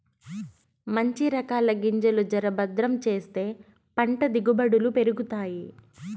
మంచి రకాల గింజలు జర భద్రం చేస్తే పంట దిగుబడులు పెరుగుతాయి